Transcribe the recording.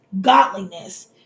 godliness